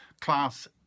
class